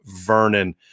Vernon